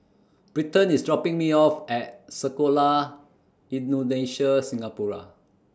Britton IS dropping Me off At Sekolah Indonesia Singapura